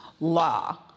law